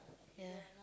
ya